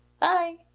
Bye